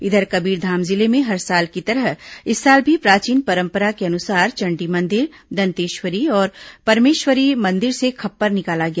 इधर कबीरधाम जिले में हर साल की तरह इस साल भी प्राचीन परंपरा के अनुसार चण्डी मंदिर दंतेश्वरी और परमेश्वरी मंदिर से खप्पर निकाला गया